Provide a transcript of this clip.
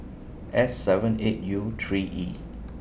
S seven eight U three E